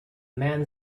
man